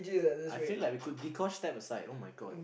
I feel like we could Dee-Kosh step aside [oh]-my-god